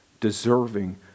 deserving